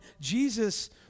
Jesus